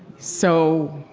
so,